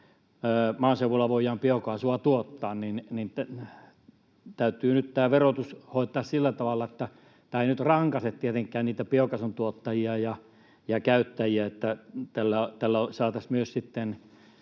maaseudulla voidaan biokaasua tuottaa. Niin täytyy nyt tämä verotus tietenkin hoitaa sillä tavalla, että tämä ei nyt rankaise niitä biokaasuntuottajia ja ‑käyttäjiä, että tällä saataisiin myös